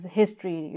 history